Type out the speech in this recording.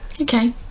Okay